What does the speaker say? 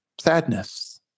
sadness